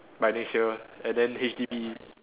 by next year and then H_D_B